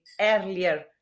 earlier